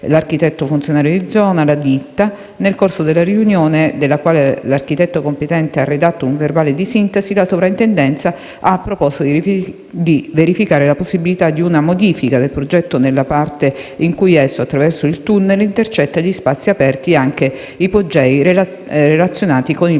l'architetto funzionario di zona e un referente della ditta. Nel corso della riunione, della quale l'architetto competente ha redatto un verbale di sintesi, la Soprintendenza ha proposto di verificare la possibilità di una modifica del progetto, nella parte in cui esso - attraverso il tunnel - intercetta gli spazi aperti e anche ipogei relazionati con il borgo